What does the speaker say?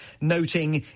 noting